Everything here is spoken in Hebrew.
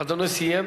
אדוני סיים?